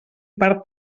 per